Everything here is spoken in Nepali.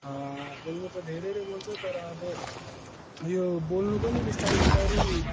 बोल्नु त धेरैले बोल्छ तर अब यो बोल्नु पनि बिस्तारी बिस्तारी